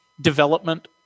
development